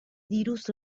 diruz